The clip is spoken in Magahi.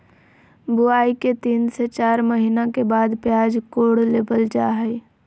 बुआई के तीन से चार महीना के बाद प्याज कोड़ लेबल जा हय